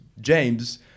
James